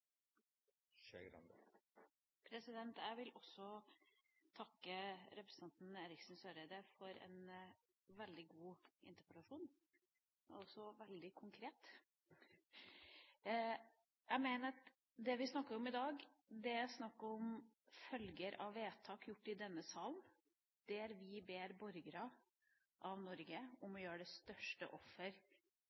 Eriksen Søreide for en veldig god interpellasjon. Den er også veldig konkret. Det vi snakker om i dag, er følger av vedtak gjort i denne salen, der vi ber borgere av Norge om å gjøre det største offer